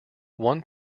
one